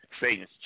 Satan's